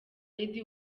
lady